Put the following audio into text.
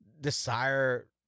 desire